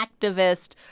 activist